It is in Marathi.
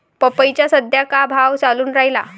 पपईचा सद्या का भाव चालून रायला?